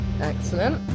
Excellent